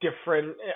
different